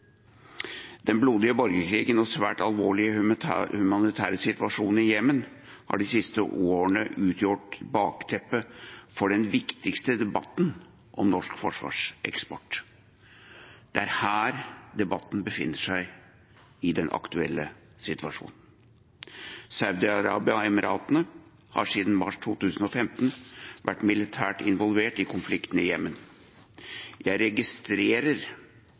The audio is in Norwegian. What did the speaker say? Den blodige borgerkrigen og svært alvorlige humanitære situasjonen i Jemen har de siste årene utgjort bakteppet for den viktigste debatten om norsk forsvarseksport. Det er her debatten befinner seg i den aktuelle situasjonen. Saudi-Arabia og Emiratene har siden mars 2015 vært militært involvert i konflikten i Jemen. Jeg registrerer